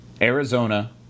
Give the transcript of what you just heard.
Arizona